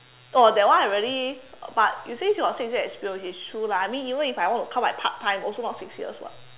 oh that one I really but you say she got six year experience which is true lah I mean even if I want to count my part time also not six years [what]